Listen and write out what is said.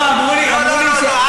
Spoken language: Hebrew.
לא, אמרו לי, לא, לא, לא.